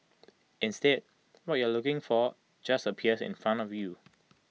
instead what you aren't looking for just appears in front of you